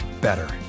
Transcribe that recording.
better